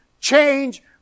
change